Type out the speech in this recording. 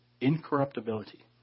incorruptibility